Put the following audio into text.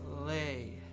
Lay